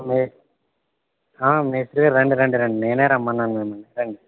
మేస్త్రి గారు రండి రండి రండి నేనే రమ్మన్నాను మిమ్మల్ని రండి